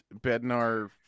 Bednar